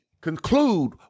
conclude